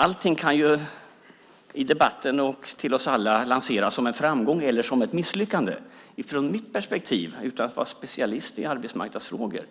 Allt kan ju i debatten och till oss alla lanseras som en framgång eller som ett misslyckande. Från mitt perspektiv, utan att vara specialist i arbetsmarknadsfrågor,